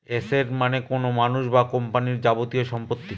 asset মানে কোনো মানুষ বা কোম্পানির যাবতীয় সম্পত্তি